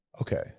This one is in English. okay